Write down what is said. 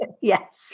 yes